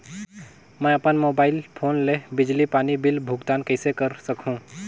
मैं अपन mobile phone ले बिजली पानी बिल भुगतान कइसे कर सकहुं?